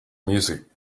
music